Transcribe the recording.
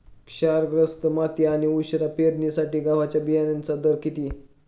क्षारग्रस्त माती आणि उशिरा पेरणीसाठी गव्हाच्या बियाण्यांचा दर किती?